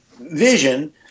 vision